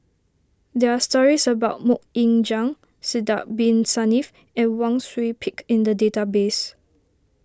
there are stories about Mok Ying Jang Sidek Bin Saniff and Wang Sui Pick in the database